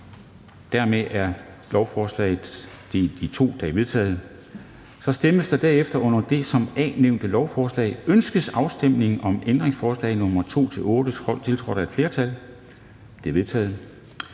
dermed er lovforslaget delt i to. Der stemmes derefter om det under A nævnte lovforslag: Ønskes afstemning om ændringsforslag nr. 2-8, tiltrådt af et flertal (udvalget